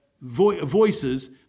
voices